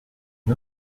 une